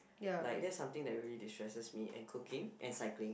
like that's something that really destresses me and cooking and cycling